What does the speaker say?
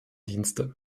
dienste